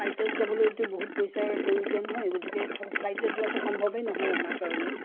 ফ্লাইটত যাবলৈতো বহুত পইচাৰ প্ৰয়োজন হয় গতিকে ফ্লাইটত যোৱাটো সম্ভৱেই নহয় আমাৰ কাৰণে